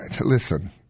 listen